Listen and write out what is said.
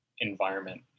environment